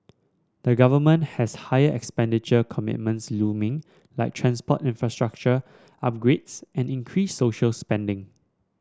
the government has higher expenditure commitments looming like transport infrastructure upgrades and increased social spending